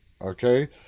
okay